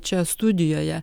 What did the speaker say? čia studijoje